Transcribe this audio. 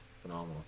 phenomenal